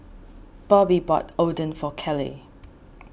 Bobbye bought Oden for Caleigh